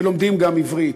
ולומדים גם עברית,